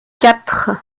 quatre